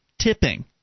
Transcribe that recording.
tipping